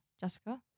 Jessica